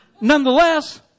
Nonetheless